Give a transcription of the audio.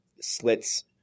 slits